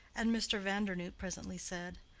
and mr. vandernoodt presently said,